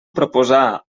proposar